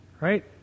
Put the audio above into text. right